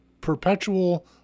perpetual